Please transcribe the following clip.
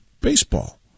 baseball